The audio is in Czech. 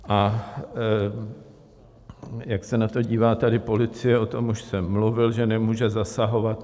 A jak se na to dívá tady policie o tom už jsem mluvil, že nemůže zasahovat.